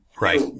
Right